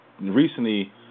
recently